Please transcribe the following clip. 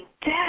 Dad